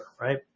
right